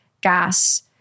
gas